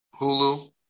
Hulu